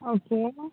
okay